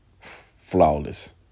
Flawless